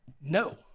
no